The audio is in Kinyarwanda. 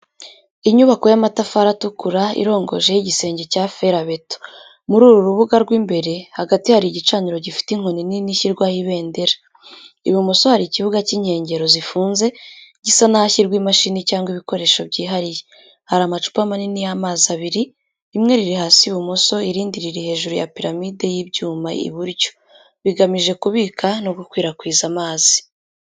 Inyubako y’amatafari atukura irongojeho igisenge cya ferabeto. Muri uru rubuga rwo imbere, hagati hari igicaniro gifite inkoni nini ishyirwaho ibendera. Ibumoso hari ikibuga cy’inkengero zifunze, gisa n’ahashyirwa imashini cyangwa ibikoresho byihariye. Hari amacupa manini y’amazi abiri, rimwe riri hasi ibumoso, irindi riri hejuru ya piramide y’ibyuma iburyo, bigamije kubika no gukwirakwiza amazi.